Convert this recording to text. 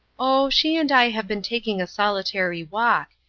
oh, she and i have been taking a solitary walk,